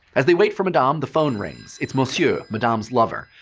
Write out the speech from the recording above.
as they wait for madame, the phone rings. it's monsieur, madame's lover.